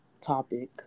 topic